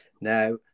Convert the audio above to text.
Now